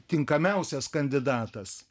tinkamiausias kandidatas